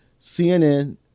CNN